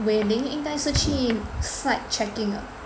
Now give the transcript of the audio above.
Wei Ling 应该是去 site checking 的